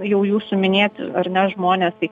jau jūsų minėti ar ne žmones tai